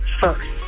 first